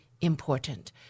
important